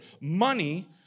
money